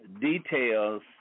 details